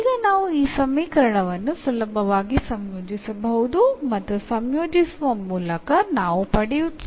ഇപ്പോൾ നമുക്ക് ഈ സമവാക്യത്തെ എളുപ്പത്തിൽ ഇൻറെഗ്രേറ്റ് ചെയ്തു അതായത് എന്ന് ലഭിക്കുന്നു